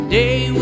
day